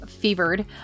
fevered